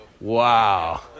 wow